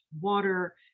water